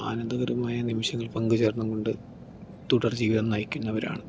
ആനന്ദകരമായ നിമിഷങ്ങളിൽ പങ്കുചേർന്നു കൊണ്ട് തുടർ ജീവിതം നയിക്കുന്നവരാണ്